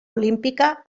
olímpica